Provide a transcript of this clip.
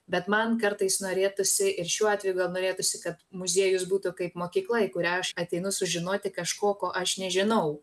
bet man kartais norėtųsi ir šiuo atveju gal norėtųsi kad muziejus būtų kaip mokykla į kurią aš ateinu sužinoti kažko ko aš nežinau